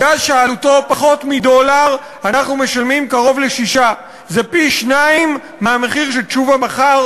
אנחנו מדברים על גז שהשווי הכלכלי